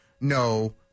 no